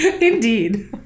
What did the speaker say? Indeed